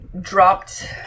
dropped